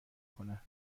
کنند